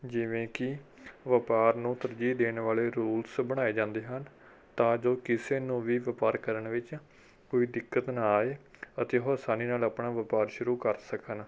ਜਿਵੇਂ ਕਿ ਵਪਾਰ ਨੂੰ ਤਰਜੀਹ ਦੇਣ ਵਾਲੇ ਰੂਲਜ਼ ਬਣਾਏ ਜਾਂਦੇ ਹਨ ਤਾਂ ਜੋ ਕਿਸੇ ਨੂੰ ਵੀ ਵਪਾਰ ਕਰਨ ਵਿੱਚ ਕੋਈ ਦਿੱਕਤ ਨਾ ਆਏ ਅਤੇ ਉਹ ਅਸਾਨੀ ਨਾਲ ਆਪਣਾ ਵਪਾਰ ਸ਼ੁਰੂ ਕਰ ਸਕਣ